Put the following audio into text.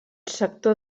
sector